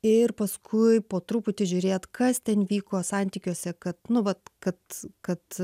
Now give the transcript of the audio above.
ir paskui po truputį žiūrėt kas ten vyko santykiuose kad nu vat kad kad